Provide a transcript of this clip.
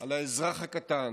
על האזרח הקטן,